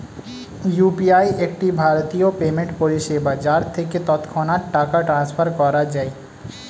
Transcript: UPI একটি ভারতীয় payment পরিষেবা যার থেকে তৎক্ষণাৎ টাকা ট্রান্সফার করা যায়